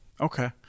okay